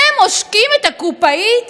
הם עושקים את הקופאית